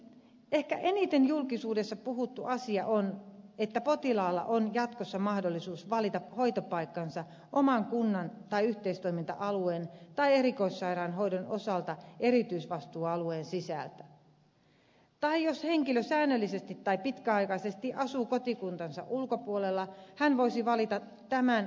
ehkä eniten julkisuudessa puhuttu asia on että potilaalla on jatkossa mahdollisuus valita hoitopaikkansa oman kunnan tai yhteistoiminta alueen tai erikoissairaanhoidon osalta erityisvastuualueen sisältä tai jos henkilö säännöllisesti tai pitkäaikaisesti asuu kotikuntansa ulkopuolella hän voisi valita tämän kunnan palvelut